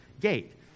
gate